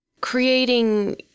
creating